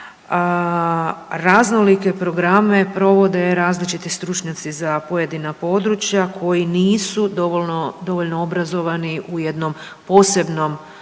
raznolike programe provode različiti stručnjaci za pojedina područja koji nisu dovoljno obrazovani u jednom posebnom području,